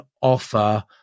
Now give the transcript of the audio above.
offer